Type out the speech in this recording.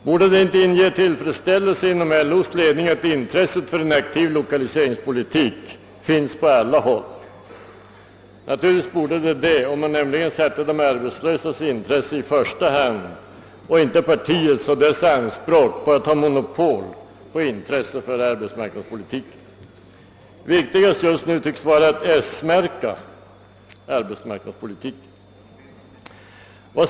Borde det inte inge LO:s ledning tillfredsställelse att intresset för en aktiv lokaliseringspolitik finns på alla håll? Naturligtvis borde så vara fallet, om man satte de arbetslösa i första rummet och inte partiets anspråk på att ha monopol på intresset för arbetsmarknadspolitiken. Viktigast just nu tycks vara att s-märka arbetsmarknadspolitiken.